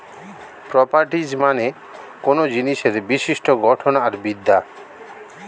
properties মানে কোনো জিনিসের বিশিষ্ট গঠন আর বিদ্যা